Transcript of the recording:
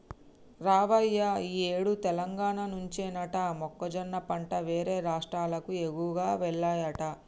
రావయ్య ఈ ఏడు తెలంగాణ నుంచేనట మొక్కజొన్న పంట వేరే రాష్ట్రాలకు ఎక్కువగా వెల్లాయట